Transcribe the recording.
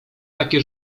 takie